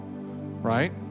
right